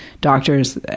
doctors